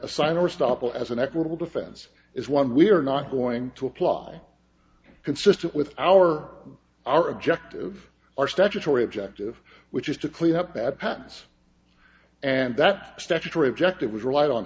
sign or stop as an equitable defense is one we are not going to apply consistent with our our objective our statutory objective which is to clean up bad patents and that statutory objective was relied on